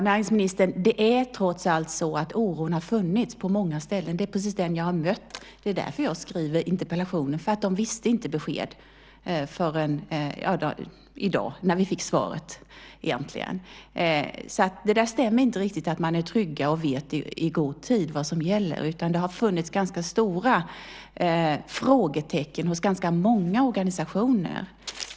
Herr talman! Det är trots allt så, näringsministern, att oron har funnits på många håll. Det är precis den jag har mött. Det var därför jag skrev interpellationen, för de visste egentligen inte förrän i dag, när vi fick svaret. Det stämmer alltså inte riktigt att man är trygg och vet i god tid vad som gäller. Det har funnits ganska stora frågetecken hos ganska många organisationer.